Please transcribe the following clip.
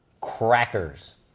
crackers